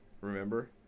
Remember